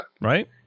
Right